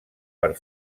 per